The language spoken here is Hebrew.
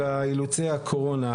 אלא אילוצי הקורונה.